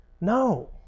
No